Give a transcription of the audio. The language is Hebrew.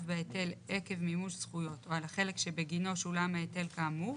בהיטל עקב מימוש זכויות או על החלק שבגינו שולם ההיטל כאמור